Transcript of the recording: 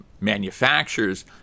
manufacturers